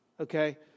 okay